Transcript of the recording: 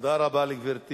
תודה רבה לגברתי.